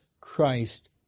Christ